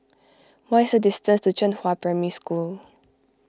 what is the distance to Zhenghua Primary School